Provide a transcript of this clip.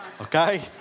Okay